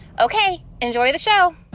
ok. enjoy the show